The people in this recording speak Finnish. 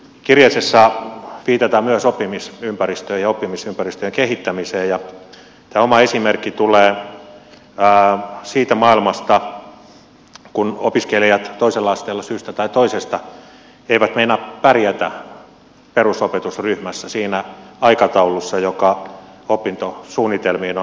kirjasessa viitataan myös oppimisympäristöön ja oppimisympäristöjen kehittämiseen ja tämä oma esimerkkini tulee siitä maailmasta kun opiskelijat toisella asteella syystä tai toisesta eivät meinaa pärjätä perusopetusryhmässä siinä aikataulussa joka opintosuunnitelmiin on laadittu